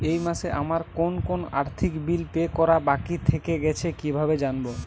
এই মাসে আমার কোন কোন আর্থিক বিল পে করা বাকী থেকে গেছে কীভাবে জানব?